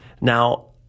Now